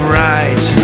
right